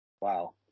Wow